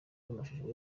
n’amashusho